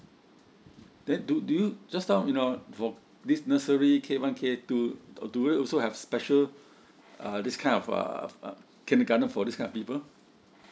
then do do you just now you know this nursery K one K two do you also have special uh this kind of uh kindergarten for this kind of people